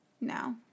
No